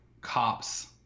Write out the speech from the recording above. cops